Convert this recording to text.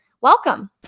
Welcome